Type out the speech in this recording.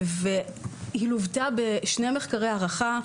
היא לוותה בשני מחקרי הערכה,